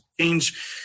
change